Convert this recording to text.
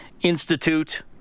Institute